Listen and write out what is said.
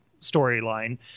storyline